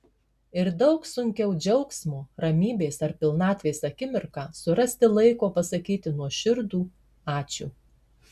ir daug sunkiau džiaugsmo ramybės ar pilnatvės akimirką surasti laiko pasakyti nuoširdų ačiū